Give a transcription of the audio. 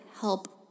help